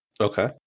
Okay